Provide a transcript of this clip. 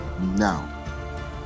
Now